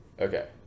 Okay